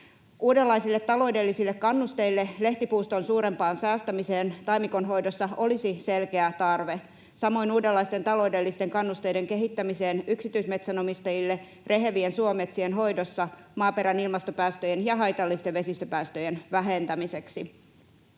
Uudenlaisille taloudellisille kannusteille lehtipuuston suurempaan säästämiseen taimikonhoidossa olisi selkeä tarve, samoin uudenlaisten taloudellisten kannusteiden kehittämiselle yksityismetsänomistajille rehevien suometsien hoidossa maaperän ilmastopäästöjen ja haitallisten vesistöpäästöjen vähentämiseksi.